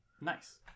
Nice